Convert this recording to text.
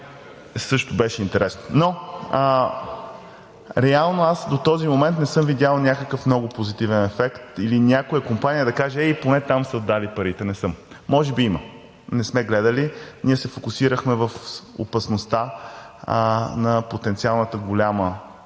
също беше интересно. (Шум и реплики.) Реално до този момент не съм видял някакъв много позитивен ефект или някоя компания да каже: „Ей, поне там са дали парите.“ Не съм. Може би има. Не сме гледали. Ние се фокусирахме в опасността на потенциалната голяма